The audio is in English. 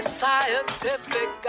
scientific